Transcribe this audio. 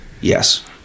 Yes